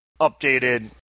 updated